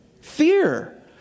Fear